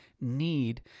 need